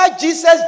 Jesus